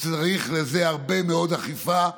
וצריך לזה הרבה מאוד אכיפה וענישה.